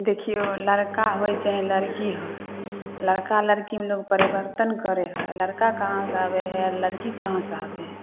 देखिऔ लड़का होइ चाहे लड़की होइ लड़का लड़कीमे लोक परिवर्तन करै हइ लड़का कहाँ से आबै हइ आओर लड़की कहाँ से आबै हइ